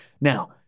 Now